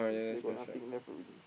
they got nothing left already